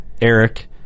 Eric